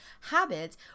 habits